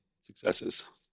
successes